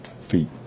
Feet